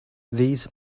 these